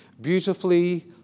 beautifully